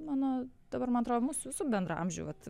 mano dabar atrodo mūsų visų bendraamžių vat